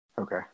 Okay